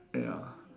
ya